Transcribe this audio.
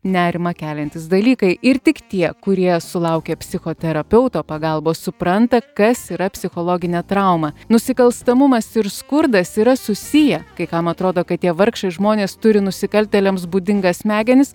nerimą keliantys dalykai ir tik tie kurie sulaukia psichoterapeuto pagalbos supranta kas yra psichologinė trauma nusikalstamumas ir skurdas yra susiję kai kam atrodo kad tie vargšai žmonės turi nusikaltėliams būdingas smegenis